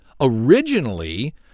originally